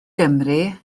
gymru